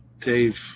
Dave